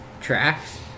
tracks